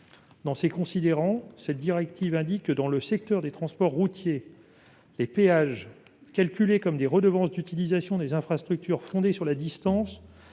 Dans ses considérants, cette directive indique que « dans le secteur des transports routiers, les péages, calculés comme des redevances d'utilisation des infrastructures fondées sur la distance,